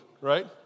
right